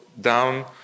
down